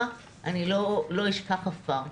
אני לא אשכח אף פעם.